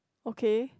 okay